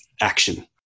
action